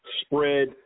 spread